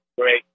great